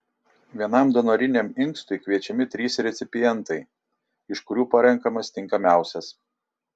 vienam donoriniam inkstui kviečiami trys recipientai iš kurių parenkamas tinkamiausias